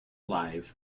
live